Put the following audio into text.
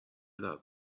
درد